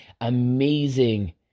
amazing